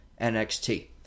NXT